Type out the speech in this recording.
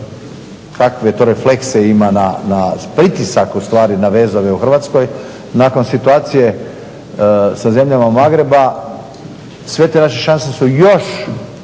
kakve to reflekse ima na pritisak u stvari na vezove u Hrvatskoj, nakon situacije sa zemljama …/Govornik se ne razumije./… sve te naše šanse su još